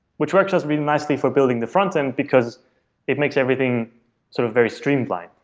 which works has been nicely for building the frontend, because it makes everything sort of very streamlined.